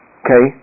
okay